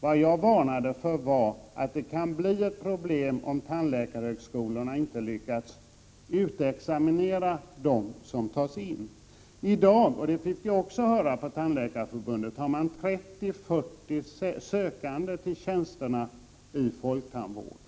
Vad jag varnade för var att det kan bli ett problem om tandläkarhögskolorna inte lyckas utexaminera dem som tas in. I dag — det fick vi också höra på Tandläkarförbundet — har man 30-40 sökande till tjänsterna inom folktandvården.